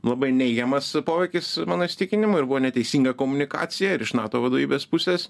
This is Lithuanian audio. labai neigiamas poveikis mano įsitikinimu ir buvo neteisinga komunikacija ir iš nato vadovybės pusės